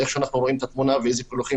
איך אנחנו רואים את התמונה ואיזה פילוחים